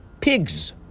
pigs